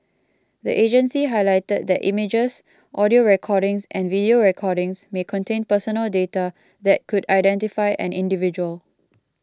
the agency highlighted that images audio recordings and video recordings may contain personal data that could identify an individual